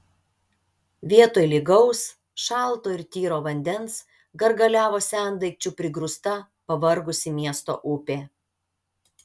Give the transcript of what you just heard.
vietoj lygaus šalto ir tyro vandens gargaliavo sendaikčių prigrūsta pavargusi miesto upė